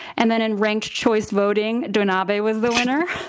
and then in ranked choice voting, donabe was the winner